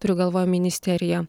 turiu galvoj ministeriją